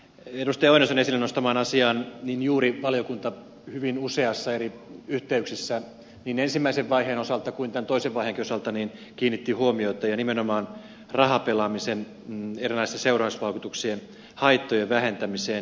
lauri oinosen esille nostamaan asiaan juuri valiokunta hyvin useissa eri yhteyksissä niin ensimmäisen vaiheen osalta kuin tämän toisen vaiheenkin osalta kiinnitti huomiota ja nimenomaan rahapelaamisen erinäisten seurannaisvaikutuksien haittojen vähentämiseen